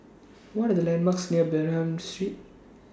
What Are The landmarks near Bernam Street